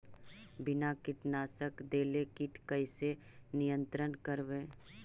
बिना कीटनाशक देले किट कैसे नियंत्रन करबै?